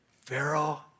Pharaoh